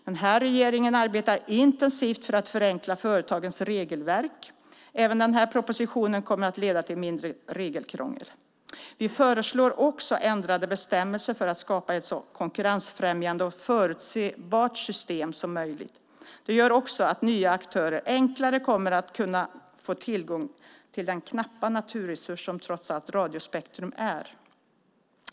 Den här regeringen arbetar intensivt för att förenkla företagens regelverk. Även den här propositionen kommer att leda till mindre regelkrångel. Vi föreslår också ändrade bestämmelser för att skapa ett så konkurrensfrämjande och förutsebart system som möjligt. Det gör också att nya aktörer enklare kommer att kunna få tillgång till den knappa naturresurs som trots allt radiospektrum är.